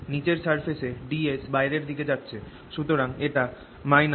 নিচের সারফেস এ ds বাইরের দিকে যাচ্ছে সুতরাং এটা Ma